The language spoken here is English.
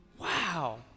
wow